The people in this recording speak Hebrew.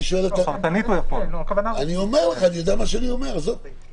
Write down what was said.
יש לך